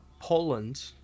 Poland